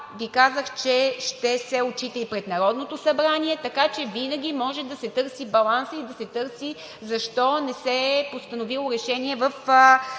Ви казах, че ще се отчита и пред Народното събрание, така че винаги може да се търси балансът и да се търси защо не се е постановило решение в